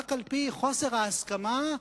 רק על-פי חוסר ההסכמה,